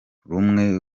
rumwe